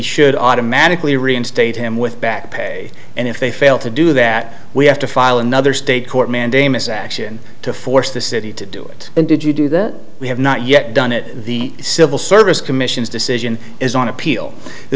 should automatically reinstate him with back pay and if they fail to do that we have to file another state court mandamus action to force the city to do it and did you do that we have not yet done it the civil service commission's decision is on appeal the